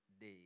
Day